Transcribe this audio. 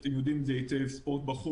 ואתם יודעים את זה היטב: ספורט בחוץ,